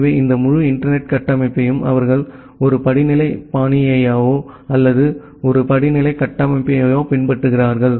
எனவே இந்த முழு இன்டர்நெட் கட்டமைப்பையும் அவர்கள் ஒரு படிநிலை பாணியையோ அல்லது ஒரு படிநிலை கட்டமைப்பையோ பின்பற்றுகிறார்கள்